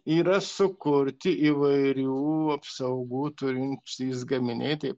yra sukurti įvairių apsaugų turintys gaminiai tai